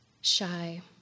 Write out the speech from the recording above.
Shy